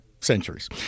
centuries